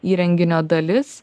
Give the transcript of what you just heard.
įrenginio dalis